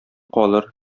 калыр